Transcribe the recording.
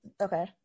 Okay